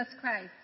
Christ